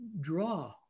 draw